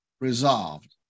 resolved